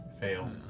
fail